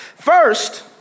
First